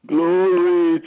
Glory